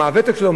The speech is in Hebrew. מה הוותק שלו,